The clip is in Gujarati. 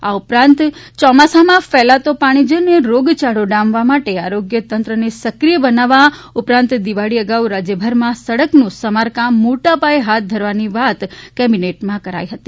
આ ઉપરાંત ચોમાસામાં ફેલાતો પાણીજન્ય રોગયાળો ડામવા માટે આરોગ્યતંત્રને સક્રીય બનાવવા ઉપરાંત દિવાળી અગાઉ રાજયભરમાં સડકનું સમારકામ મોટાપાયે હાથ ધરવાની વાત કેબિનેટમાં થઇ હતી